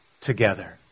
together